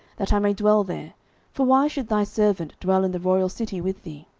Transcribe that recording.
that i may dwell there for why should thy servant dwell in the royal city with thee?